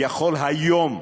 יכול היום,